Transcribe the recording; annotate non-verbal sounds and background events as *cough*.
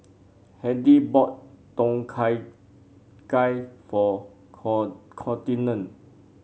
Hedy bought Tom Kha Gai for *unintelligible* Contina